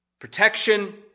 protection